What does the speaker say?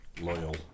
loyal